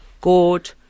gourd